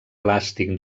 elàstic